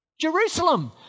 Jerusalem